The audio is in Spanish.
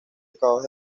acabados